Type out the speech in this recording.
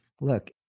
look